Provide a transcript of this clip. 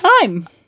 time